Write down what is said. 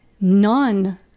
none